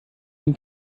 den